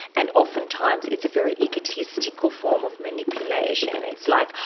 and oftentimes it's a very egotistical form of manipulation. it's like,